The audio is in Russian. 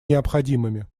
необходимыми